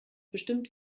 bestimmt